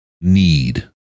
need